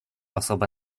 osoba